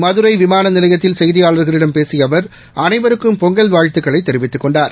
மதுரை விமான நிலையத்தில் செய்தியாளர்களிடம் பேசிய அவர் அனைவருக்கும் பொங்கல் வாழ்த்துக்களை தெரிவித்துக் கொண்டார்